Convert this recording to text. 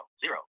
zero